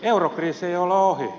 eurokriisi ei ole ohi